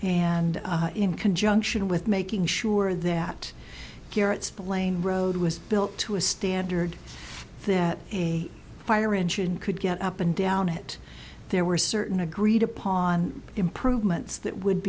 and in conjunction with making sure that the lane road was built to a standard that a fire engine could get up and down it there were certain agreed upon improvements that would